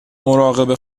مراقب